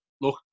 look